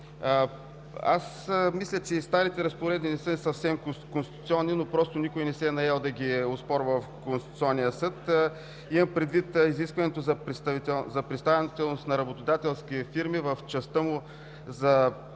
Мисля, че и старите разпоредби не са съвсем конституционни, но никой не се е наел да ги оспорва в Конституционния съд, имам предвид изискването за представителност на работодателски фирми в частта за